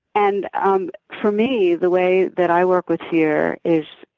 and, um for me, the way that i work with fear is,